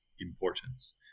importance